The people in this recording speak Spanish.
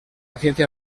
ciencia